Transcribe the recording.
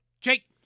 Jake